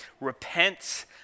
repent